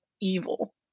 evil